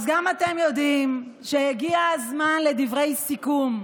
אז גם אתם יודעים שהגיע הזמן לדברי סיכום.